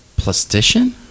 Plastician